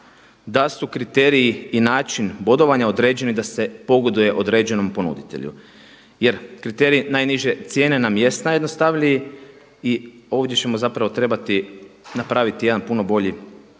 da su kriteriji i način bodovanja određeni da se pogoduje određenom ponuditelju. Jer kriterij najniže cijene nam jest najjednostavniji i ovdje ćemo zapravo trebati napraviti jedan puno bolji